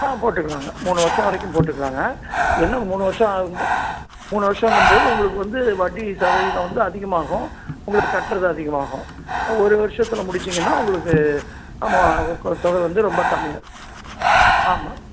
ஆ போட்டுக்கலாங்க மூணு வருஷம் வரைக்கும் போட்டுக்கலாங்க என்ன மூணு வருஷம் ஆகும் மூணு வருஷங்கும்போது உங்களுக்கு வந்து வட்டி சதவீதம் வந்து அதிகமாகும் உங்களுக்கு கட்டுறது அதிகமாகும் ஒரு வருஷத்துல முடிச்சுங்கன்னா உங்களுக்கு அமொ தொகை வந்து ரொம்ப கம்மி ஆமாம்